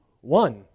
one